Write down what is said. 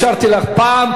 אפשרתי לך פעם,